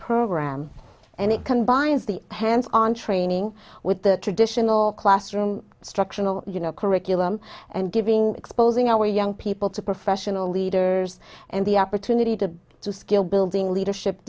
program and it combines the hands on training with the traditional classroom structural you know curriculum and giving exposing our young people to professional leaders and the opportunity to do skill building leadership